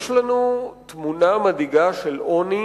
יש לנו תמונה מדאיגה של עוני